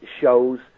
shows